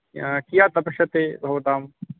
कियत् अपेक्षते भवतां